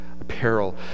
apparel